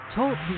Talk